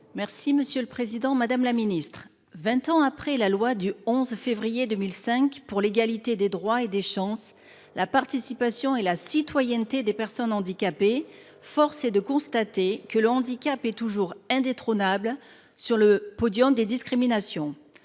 de l’autonomie et du handicap. Madame la ministre, vingt ans après la loi du 11 février 2005 pour l’égalité des droits et des chances, la participation et la citoyenneté des personnes handicapées, force est de constater que le handicap est toujours indétrônable sur le podium des discriminations.